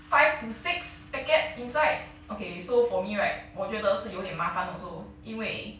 five to six packets inside okay so for me right 我觉得是有点麻烦 also 因为